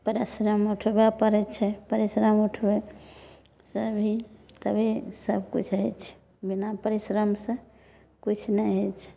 परिश्रम उठबै पड़ैत छै परिश्रम उठबै से भी तभी सब किछु होइ छै बिना परिश्रम से किछु नहि होइ छै